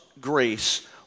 grace